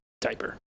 diaper